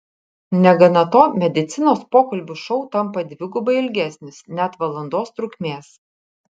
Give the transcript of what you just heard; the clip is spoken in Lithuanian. negana to medicinos pokalbių šou tampa dvigubai ilgesnis net valandos trukmės